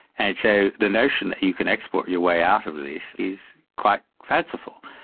and so the notion that you can export your way out of this is quite fanciful.